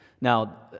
Now